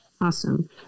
awesome